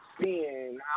seeing